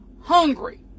hungry